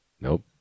Nope